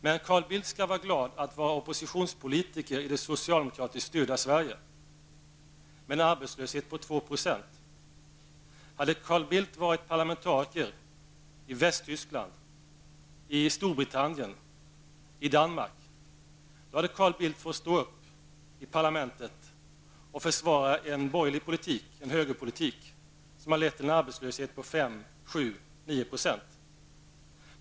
Men Carl Bildt skall vara glad över att vara oppositionspolitiker i det socialdemokratiskt styrda Storbritannien eller Danmark, hade Carl Bildt varit tvungen att stå upp i parlamentet och försvara en borgerlig politik, en högerpolitik, som hade lett till en arbetslöshet på 5, 7 eller 9 %.